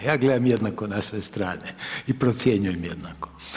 Ja gledam jednako na sve strane i procjenjujem jednako.